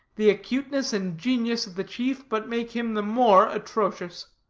the acuteness and genius of the chief but make him the more atrocious